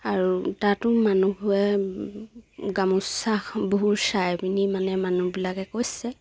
আৰু তাতো মানুহে গামোচা বহু চাই পিনি মানে মানুহবিলাকে কৈছে